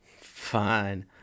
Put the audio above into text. Fine